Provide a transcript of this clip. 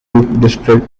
district